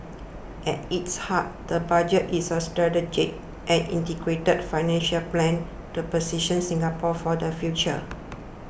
at its heart the Budget is a strategic and integrated financial plan to position Singapore for the future